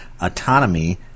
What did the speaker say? autonomy